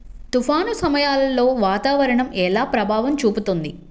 తుఫాను సమయాలలో వాతావరణం ఎలా ప్రభావం చూపుతుంది?